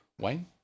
Wayne